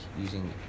using